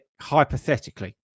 hypothetically